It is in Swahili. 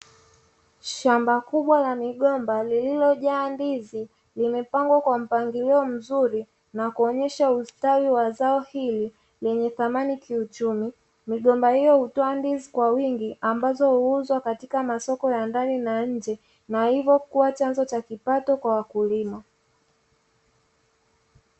Shamba kubwa la migomba lililojaa ndizi zimepangwa kwa mpangilio mzuri na kuonyesha ustawi wa zao hili lenye thamani kiuchumi, migomba hiyo hutoa ndizi kwa wingi ambazo huuzwa Katika masoko ya ndani na nje, hivyo kuwa chanzo cha kipato kwa wakulima.